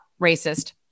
racist